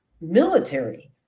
military